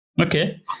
Okay